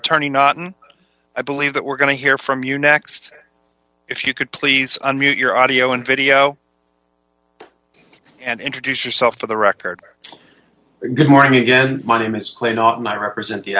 attorney not i believe that we're going to hear from you next if you could please on your audio and video and introduce yourself for the record good morning again my name is clay not not represent